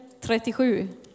37